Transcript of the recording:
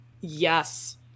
Yes